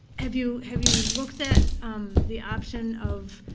have you have you looked at the option of,